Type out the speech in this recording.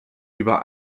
über